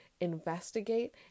investigate